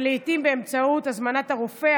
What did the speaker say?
ולעיתים באמצעות הזמנת הרופא,